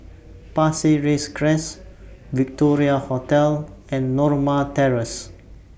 Pasir Ris Crest Victoria Hotel and Norma Terrace